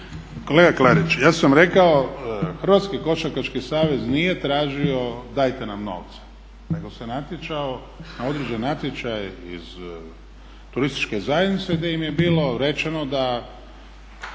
Kolega Klarić ja sam rekao Hrvatski košarkaški savez nije tražio dajte nam novce, nego se natjecao na određenom natječaju iz turističke zajednice gdje im je bilo rečeno da